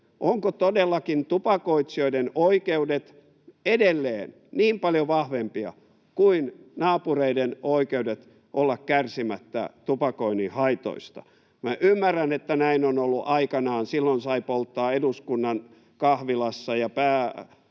Ovatko todellakin tupakoitsijoiden oikeudet edelleen niin paljon vahvempia kuin naapureiden oikeudet olla kärsimättä tupakoinnin haitoista? Minä ymmärrän, että näin on ollut aikanaan. Silloin sai polttaa eduskunnan kahvilassa ja pääaulassa